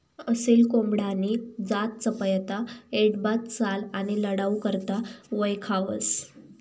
असील कोंबडानी जात चपयता, ऐटबाज चाल आणि लढाऊ करता वयखावंस